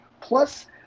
plus